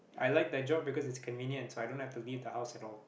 I like that job because it's convenient so i don't have to leave the house at all